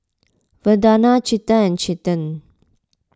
Vandana Chetan and Chetan